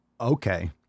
Okay